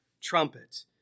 trumpet